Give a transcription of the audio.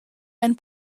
and